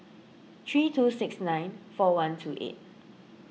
three two six nine four one two eight